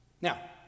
Now